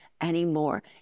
anymore